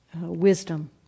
wisdom